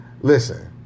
Listen